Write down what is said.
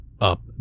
up